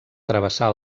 travessar